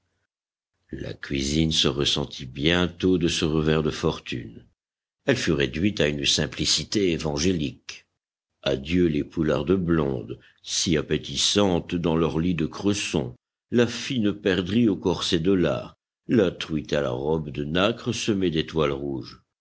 la cuisine se ressentit bientôt de ce revers de fortune elle fut réduite à une simplicité évangélique adieu les poulardes blondes si appétissantes dans leur lit de cresson la fine perdrix au corset de lard la truite à la robe de nacre semée d'étoiles rouges